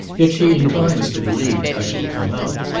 yet she inclines to believe i shall come out.